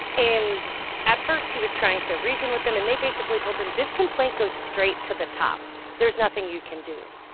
and at first, he was trying to reason with them, and they basically told him this complaint goes straight to the top. there's nothing you can do.